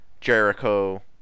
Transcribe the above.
Jericho